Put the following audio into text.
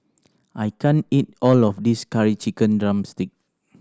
I can't eat all of this Curry Chicken drumstick